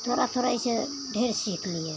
थोड़ा थोड़ा ऐसे ढेर सीख लिए